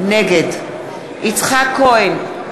נגד יצחק כהן,